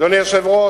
אדוני היושב-ראש,